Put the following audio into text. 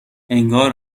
انگار